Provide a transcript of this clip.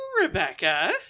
rebecca